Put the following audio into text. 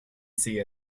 see